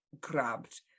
grabbed